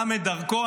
גם את דרכו.